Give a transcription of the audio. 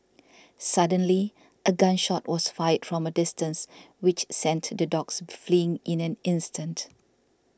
suddenly a gun shot was fired from a distance which sent the dogs fleeing in an instant